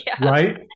Right